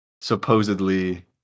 supposedly